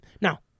Now